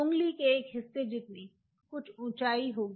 ऊँगली के एक हिस्से जितनी कुछ ऊंचाई होगी